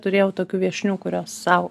turėjau tokių viešnių kurios sau